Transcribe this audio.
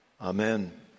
Amen